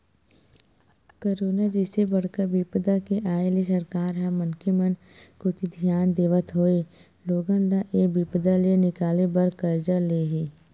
corona जइसे बड़का बिपदा के आय ले सरकार ह मनखे मन कोती धियान देवत होय लोगन ल ऐ बिपदा ले निकाले बर करजा ले हे